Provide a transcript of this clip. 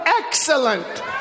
excellent